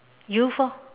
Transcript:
youth orh